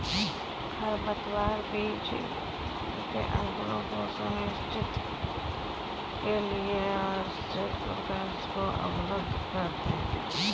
खरपतवार बीज के अंकुरण को सुनिश्चित के लिए आवश्यक प्रकाश को अवरुद्ध करते है